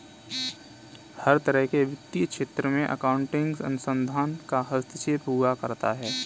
हर तरह के वित्तीय क्षेत्र में अकाउन्टिंग अनुसंधान का हस्तक्षेप हुआ करता है